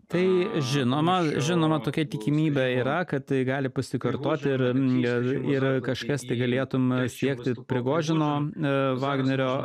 tai žinoma žinoma tokia tikimybė yra kad tai gali pasikartoti ir ir kažkas tai galėtum siekti prigožino vagnerio